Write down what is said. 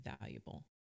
valuable